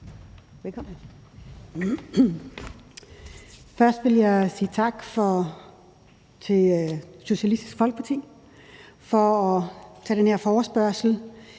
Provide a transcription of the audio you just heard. (DF): Først vil jeg sige tak til Socialistisk Folkeparti for at tage den her forespørgsel.